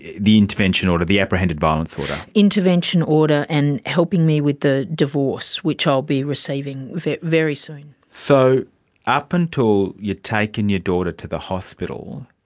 the intervention order, the apprehended violence order. intervention order and helping me with the divorce, which i will be receiving very soon. so up until you'd taken your daughter to the hospital,